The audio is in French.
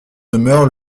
demeure